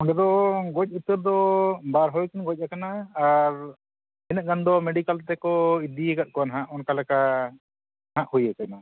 ᱚᱸᱰᱮ ᱫᱚ ᱜᱚᱡ ᱩᱛᱟᱹᱨ ᱫᱚ ᱵᱟᱨ ᱦᱚᱲ ᱜᱮᱠᱤᱱ ᱜᱚᱡ ᱠᱟᱱᱟ ᱟᱨ ᱛᱤᱱᱟᱹᱜ ᱜᱟᱱ ᱫᱚ ᱢᱮᱰᱤᱠᱮᱞ ᱛᱮᱠᱚ ᱤᱫᱤᱭᱠᱟᱫ ᱠᱚᱣᱟ ᱦᱟᱜ ᱚᱱᱠᱟ ᱞᱮᱠᱟ ᱱᱟᱜ ᱦᱩᱭ ᱠᱟᱱᱟ